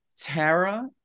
Tara